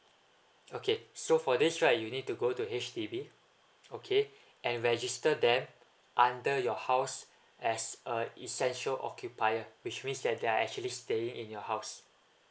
okay so for this right you need to go to H_D_B okay and register that under your house as a essential occupier which means that they are actually staying in your house